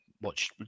watch